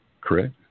correct